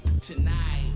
tonight